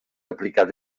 aplicat